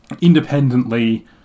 independently